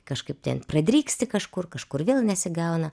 kažkaip ten pradryksti kažkur kažkur vėl nesigauna